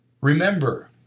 Remember